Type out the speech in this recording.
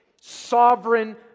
Sovereign